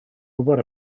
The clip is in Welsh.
gwybod